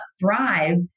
thrive